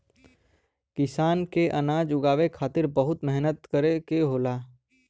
किसान के अनाज उगावे के खातिर बहुत मेहनत करे के होला